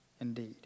indeed